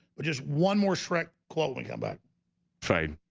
but just one more shrek chloe come back fine